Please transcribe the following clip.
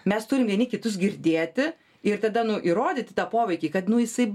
mes turim vieni kitus girdėti ir tada nu įrodyti tą poveikį kad nu jisai